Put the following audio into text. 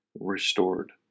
restored